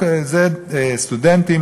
סטודנטים